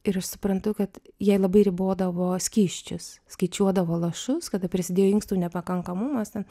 ir aš suprantu kad jei labai ribodavo skysčius skaičiuodavo lašus kada prasidėjo inkstų nepakankamumas ten